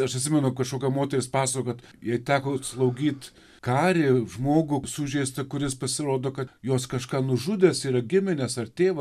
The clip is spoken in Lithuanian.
aš atsimenu kažkokia moteris pasakojo kad jai teko slaugyt karį žmogų sužeistą kuris pasirodo kad jos kažką nužudęs yra gimines ar tėvą